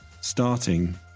starting